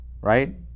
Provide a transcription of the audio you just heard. right